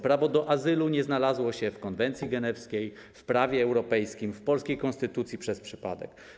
Prawo do azylu nie znalazło się w konwencji genewskiej, w prawie europejskim, w polskiej konstytucji przez przypadek.